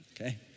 okay